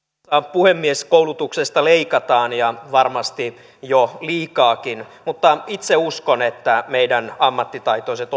puhemies koulutuksesta leikataan ja varmasti jo liikaakin mutta itse uskon että meidän ammattitaitoiset